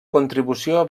contribució